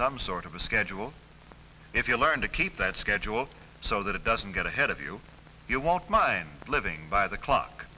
some sort of a schedule if you learn to keep that schedule so that it doesn't get ahead of you you won't mind living by the clock